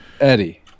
eddie